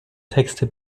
texte